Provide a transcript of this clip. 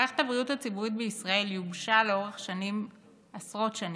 מערכת הבריאות הציבורית בישראל יובשה לאורך עשרות שנים,